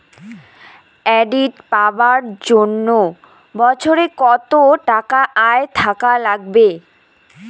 Credit পাবার জন্যে বছরে কত টাকা আয় থাকা লাগবে?